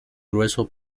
grueso